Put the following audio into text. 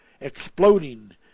exploding